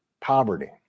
poverty